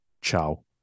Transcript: ciao